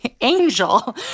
angel